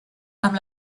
amb